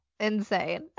insane